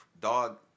Dog